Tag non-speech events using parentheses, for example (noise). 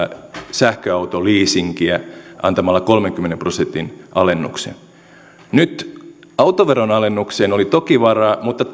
sähköautoliisinkiä antamalla kolmenkymmenen prosentin alennuksen nyt autoveron alennukseen oli toki varaa mutta (unintelligible)